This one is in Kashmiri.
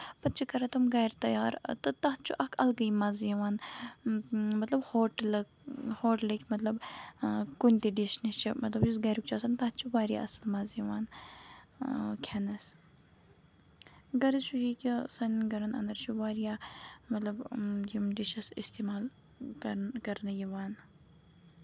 پَتہٕ چھِ کران تِم گرِ تَیار تہٕ تَتھ چھُ اکھ الگٕے مَزٕ یِوان مطلب ہوٹلہٕ ہوٹلٔکۍ مطلب کُنہِ تہِ ڈِش نِش چھِ مطلب یُس گریُک چھُ آسان تَتھ چھُ واریاہ اَصٕل مَزٕ یِوان کھٮ۪نَس غرٕض چھُ یہِ کہِ سانین گرَن اَندر چھُ واریاہ مطلب یِم ڈِشٔز اِستعمال کر کرنہٕ یِوان